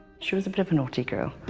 she was a bit of naughty girl.